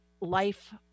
life